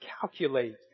calculate